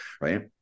right